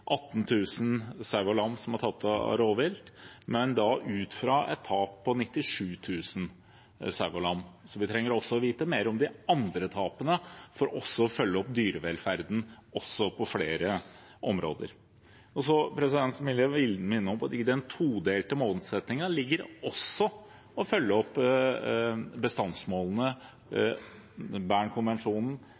sau og lam er tatt av rovvilt, men da ut fra et tap på 97 000 sau. Så vi trenger å vite mer om de andre tapene for å følge opp dyrevelferden også på flere områder. Så vil jeg minne om at i den todelte målsettingen ligger det også å følge opp bestandsmålene, Bernkonvensjonen